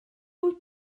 wyt